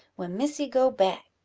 when missy go back!